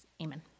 Amen